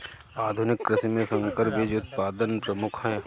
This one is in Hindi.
आधुनिक कृषि में संकर बीज उत्पादन प्रमुख है